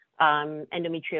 endometriosis